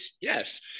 Yes